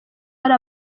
hari